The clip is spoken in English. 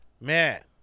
man